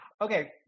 Okay